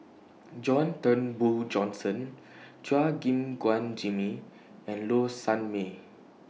John Turnbull Thomson Chua Gim Guan Jimmy and Low Sanmay